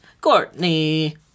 Courtney